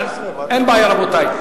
אין בעיה, רבותי.